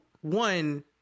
one